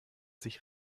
sich